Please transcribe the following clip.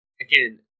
again